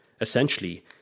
Essentially